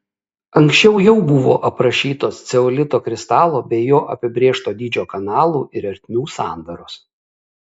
anksčiau jau buvo aprašytos ceolito kristalo bei jo apibrėžto dydžio kanalų ir ertmių sandaros